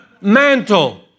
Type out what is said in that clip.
Mantle